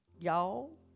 Y'all